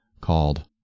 called